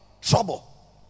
trouble